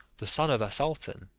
the son of a sultan,